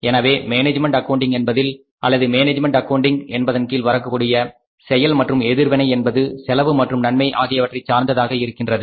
எனவே management accounting என்பதில் அல்லது மேனேஜ்மெண்ட் அக்கவுண்டிங் என்பதன் கீழ் வரக்கூடிய செயல் மற்றும் எதிர்வினை என்பது செலவு மற்றும் நன்மை ஆகியவற்றை சார்ந்தது ஆகும்